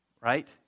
Right